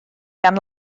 gan